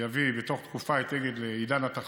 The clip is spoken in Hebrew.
שיביא את אגד בתוך תקופה לעידן התחרות.